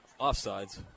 Offsides